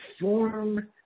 form